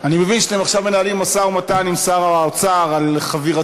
אני מבין שאתם עכשיו מנהלים משא-ומתן עם שר האוצר על חבירתו,